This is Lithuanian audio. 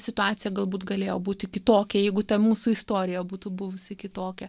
situacija galbūt galėjo būti kitokia jeigu ta mūsų istorija būtų buvusi kitokia